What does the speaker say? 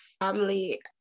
family